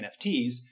NFTs